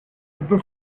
people